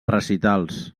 recitals